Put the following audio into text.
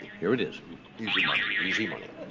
here it is easy money easy money